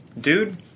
dude